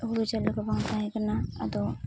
ᱦᱩᱲᱩ ᱪᱟᱣᱞᱮ ᱠᱚ ᱵᱟᱝ ᱛᱟᱦᱮᱸ ᱠᱟᱱᱟ ᱟᱫᱚ